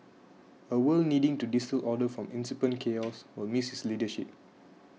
a world needing to distil order from incipient chaos will miss his leadership